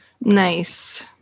nice